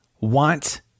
want